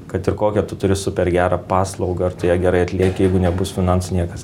kad ir kokią tu turi super gerą paslaugą ar tu ją gerai atlieki jeigu nebus finansų niekas